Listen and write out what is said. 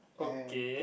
and